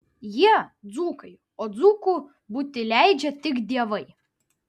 jie dzūkai o dzūku būti leidžia tik dievai